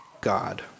God